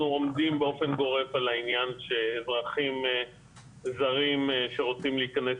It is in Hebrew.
אנחנו עומדים באופן גורף על העניין שאזרחים שרוצים להיכנס